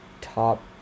top